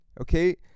okay